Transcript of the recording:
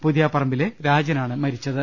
പുതിയാപ്പറമ്പിലെ രാജനാണ് മരിച്ചത്